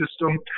system